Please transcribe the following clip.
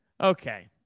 Okay